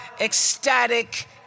ecstatic